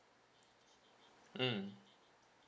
mm